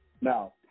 Now